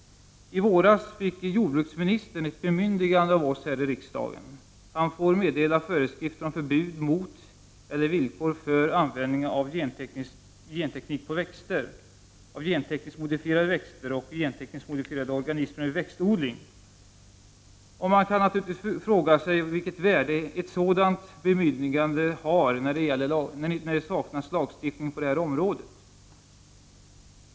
I våras fick jordbruksministern ett bemyndigande av oss här i riksdagen. Han får meddela föreskrifter om förbud mot eller villkor för användning av genteknik på växter, av gentekniskt modifierade växter och av gentekniskt modifierade organismer vid växtodling. Man kan naturligtvis fråga sig vilket värde ett sådant bemyndigande har när det saknas lagstiftning på området.